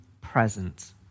present